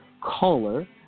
caller